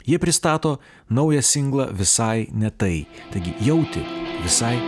jie pristato naują signalą visai ne tai taigi jauti visai